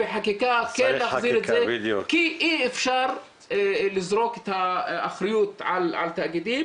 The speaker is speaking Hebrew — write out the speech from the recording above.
בחקיקה כן להחזיר את זה כי אי אפשר לזרוק את האחריות על התאגידים